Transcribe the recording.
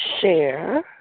share